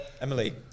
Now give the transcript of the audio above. Emily